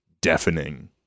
deafening